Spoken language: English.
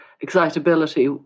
excitability